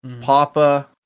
Papa